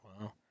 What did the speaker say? Wow